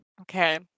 Okay